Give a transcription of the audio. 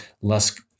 less